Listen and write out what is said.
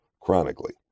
chronically